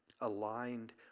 aligned